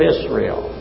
Israel